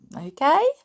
Okay